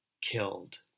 killed